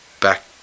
back